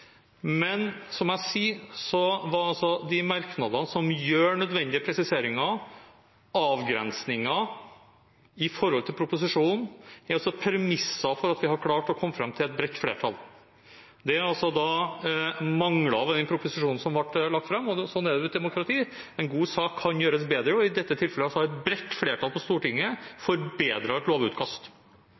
men som jeg sa, er de merknadene som gjør nødvendige presiseringer og avgrensninger i forhold til proposisjonen, premisser for at vi har klart å komme fram til et bredt flertall. Det er altså mangler ved den proposisjonen som ble lagt fram. Slik er det i et demokrati. En god sak kan gjøres bedre, og i dette tilfellet har et bredt flertall på Stortinget forbedret et lovutkast.